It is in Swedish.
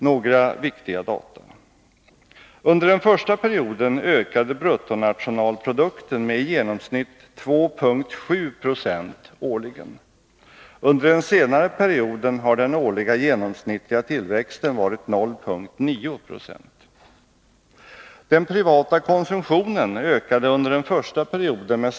Några viktiga data: Under den första perioden ökade bruttonationalprodukten med i genomsnitt 2,7 90 årligen. Under den senare perioden har den årliga genomsnittliga tillväxten varit 0,9 90.